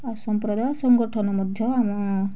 ଆଉ ସମ୍ପ୍ରଦାୟ ସଂଗଠନ ମଧ୍ୟ ଆମ